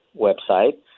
website